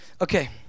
Okay